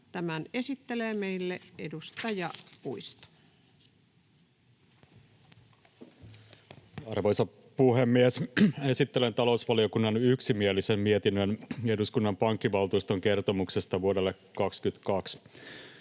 2022 Time: 18:23 Content: Arvoisa puhemies! Esittelen talousvaliokunnan yksimielisen mietinnön eduskunnan pankkivaltuuston kertomuksesta vuodelta 2022.